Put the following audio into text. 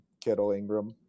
Kittle-Ingram